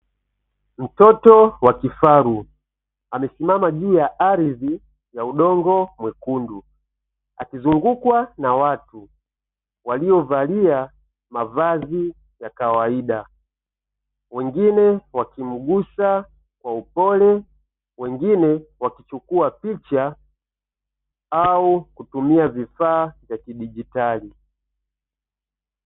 Mtoto wa kifaru amesimama juu ya ardhi ya udongo mwekundu, akizungukwa na watu, waliovalia mavazi ya kawaida wengine wakimgusa kwa upole wengine wakichukua picha au kutumia vifaa vya kidigitari.